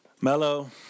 Melo